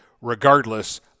regardless